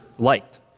liked